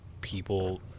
people